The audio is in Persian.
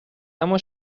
اما